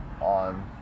on